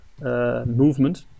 movement